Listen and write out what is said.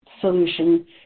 solution